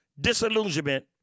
disillusionment